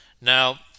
Now